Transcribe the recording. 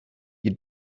you